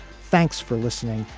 thanks for listening.